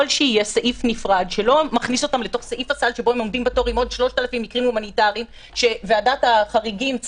הקריטריונים שפורסמו באתר וביניהם קריטריון הומניטארי שהוא אינו